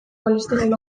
kolesterol